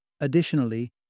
Additionally